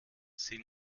sie